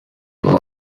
born